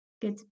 good